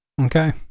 Okay